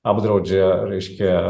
apdraudžia reiškia